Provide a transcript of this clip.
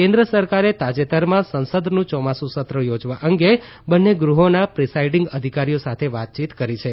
કેન્દ્ર સરકારે તાજેતરમાં સંસદનું ચોમાસુ સત્ર યોજવા અંગે બંને ગૃહોના પ્રિસાઈડીંગ અધિકારીઓ સાથે વાતચીત કરી છે